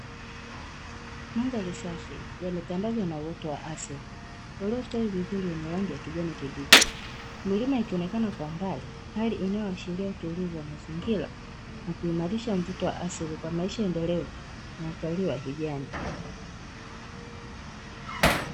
Mandhari safi, yametandazwa na uoto wa asili ulostawi vizuri wenye rangi ya kijani kibichi, milima ikionekana kwa mbali hali inayoashiria utulivu wa mazingira na kuimarisha mvuto wa asili kwa maisha endeleo na utalii wa kijani.